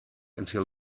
until